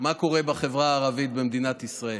מה שקורה בחברה הערבית במדינת ישראל.